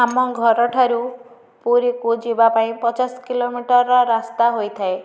ଆମ ଘର ଠାରୁ ପୁରୀକୁ ଯିବା ପାଇଁ ପଚାଶ କିଲୋମିଟରର ରାସ୍ତା ହୋଇଥାଏ